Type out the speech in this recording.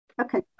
Okay